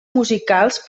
musicals